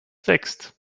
wächst